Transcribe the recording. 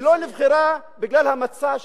היא לא נבחרה בגלל המצע שלך.